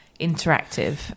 interactive